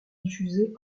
diffusée